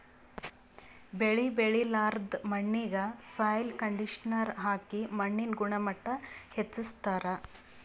ಬೆಳಿ ಬೆಳಿಲಾರ್ದ್ ಮಣ್ಣಿಗ್ ಸಾಯ್ಲ್ ಕಂಡಿಷನರ್ ಹಾಕಿ ಮಣ್ಣಿನ್ ಗುಣಮಟ್ಟ್ ಹೆಚಸ್ಸ್ತಾರ್